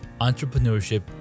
entrepreneurship